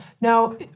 Now